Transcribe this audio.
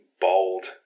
bold